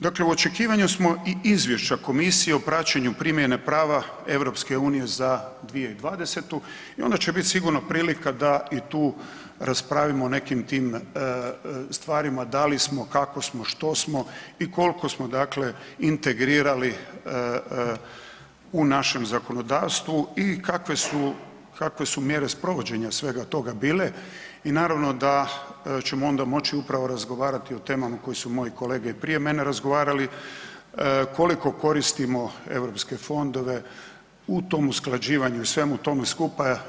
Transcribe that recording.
Dakle, u očekivanju smo i izvješća komisije o praćenju primjene prava EU za 2020. i onda će biti sigurno prilika da i tu raspravimo o nekim tim stvarima da li smo, kako smo, što smo i koliko smo dakle integrirali u našem zakonodavstvu i kakve su mjere sprovođenja svega toga bile i naravno da ćemo onda moći upravo razgovarati o temama koje su moji kolege i prije mene razgovarali, koliko koristimo Europske fondove u tom usklađivanju i tome svemu skupa.